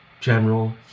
general